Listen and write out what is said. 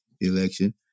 election